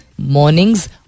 Mornings